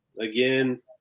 Again